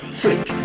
freak